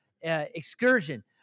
excursion